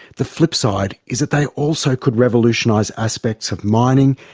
the flipside is that they also could revolutionise aspects of mining,